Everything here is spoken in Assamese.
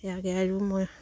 ইয়াকে মই